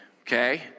okay